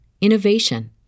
innovation